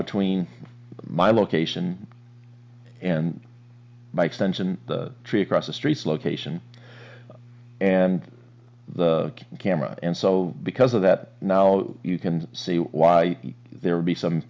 between my location and by extension the tree across the street location and the camera and so because of that now you can see why there would be some